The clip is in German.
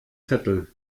zettel